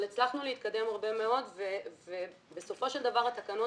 אבל הצלחנו להתקדם הרבה מאוד ובסופו של דבר התקנות